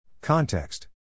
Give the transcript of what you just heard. Context